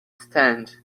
stand